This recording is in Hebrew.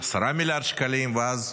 10 מיליארד שקלים, ואז